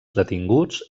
detinguts